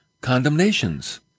condemnations